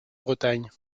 bretagne